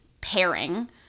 pairing